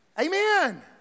Amen